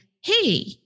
hey